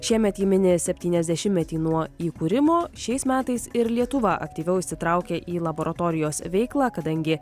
šiemet ji mini septyniasdešimtmetį nuo įkūrimo šiais metais ir lietuva aktyviau įsitraukia į laboratorijos veiklą kadangi